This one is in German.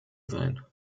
sein